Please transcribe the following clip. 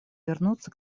вернуться